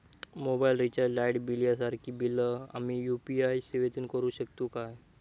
Mobile recharge, light bill यांसारखी बिला आम्ही यू.पी.आय सेवेतून करू शकतू काय?